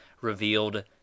revealed